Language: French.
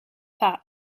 par